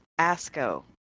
ASCO